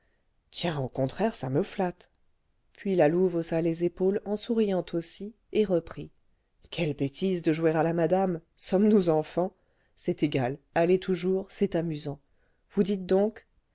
tiens au contraire ça me flatte puis la louve haussa les épaules en souriant aussi et reprit quelle bêtise de jouer à la madame sommes-nous enfants c'est égal allez toujours c'est amusant vous dites donc